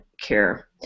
care